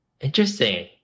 Interesting